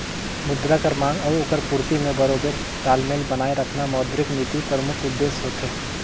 मुद्रा कर मांग अउ ओकर पूरती में बरोबेर तालमेल बनाए रखना मौद्रिक नीति परमुख उद्देस होथे